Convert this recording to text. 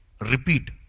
Repeat